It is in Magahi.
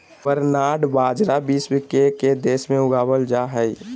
बरनार्ड बाजरा विश्व के के देश में उगावल जा हइ